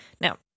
Now